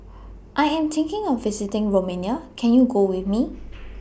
I Am thinking of visiting Romania Can YOU Go with Me